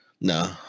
No